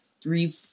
three